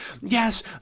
yes